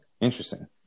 Interesting